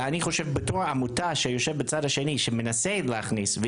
ואני חושב שבתור העמותה שיושבת בצד השני שמנסה להכניס,